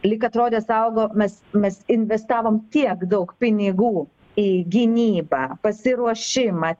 lyg atrodė saugo mes mes investavom tiek daug pinigų į gynybą pasiruošimą